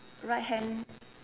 right hand